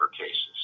cases